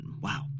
Wow